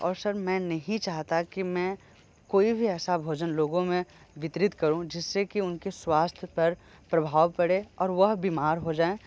और सर मैं नही चाहता की मैं कोई भी ऐसा भोजन लोगों मे वितरित करूँ जिससे की उनके स्वास्थ्य पर प्रभाव पड़े और वह बीमार हो जाए